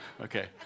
Okay